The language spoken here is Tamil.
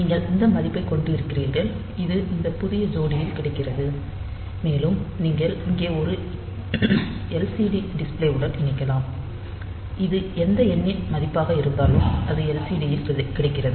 நீங்கள் இந்த மதிப்பைக் கொண்டிருக்கிறீர்கள் இது இந்த பதிவு ஜோடியில் கிடைக்கிறது மேலும் நீங்கள் இங்கே ஒரு எல்சிடி டிஸ்ப்ளேவுடன் இணைக்கலாம் இது எந்த எண்ணின் மதிப்பாக இருந்தாலும் அது எல்சிடியில் கிடைக்கிறது